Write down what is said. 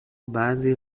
بعضی